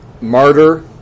martyr